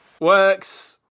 works